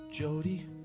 Jody